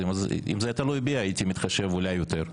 אם זה היה תלוי בי הייתי מתחשב אולי יותר.